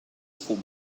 fum